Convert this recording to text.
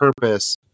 purpose